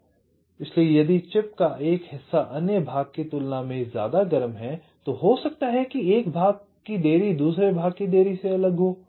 इसलिए यदि चिप का एक हिस्सा अन्य भाग की तुलना में गर्म है तो हो सकता है कि एक भाग की देरी दूसरे भाग की देरी से अलग होगी